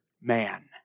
man